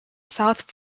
south